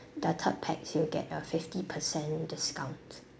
the third pax you'll get a fifty percent discount